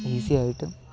ഈസിയായിട്ട്